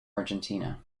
argentina